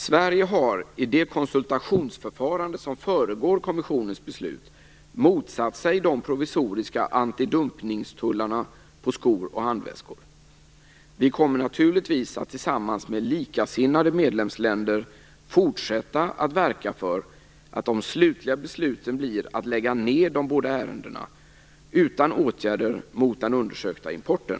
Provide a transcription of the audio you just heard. Sverige har i det konsultationsförfarande som föregår kommissionens beslut motsatt sig de provisoriska antidumpningstullarna på skor och handväskor. Vi kommer naturligtvis att tillsammans med likasinnade medlemsländer fortsätta att verka för att de slutliga besluten blir att lägga ned de båda ärendena utan åtgärder mot den undersökta importen.